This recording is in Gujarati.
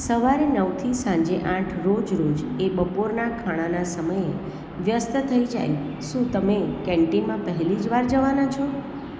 સવારે નવથી સાંજે આઠ રોજરોજ એ બપોરના ખાણાના સમયે વ્યસ્ત થઈ જાય શું તમે કેન્ટીનમાં પહેલી જ વાર જવાના છો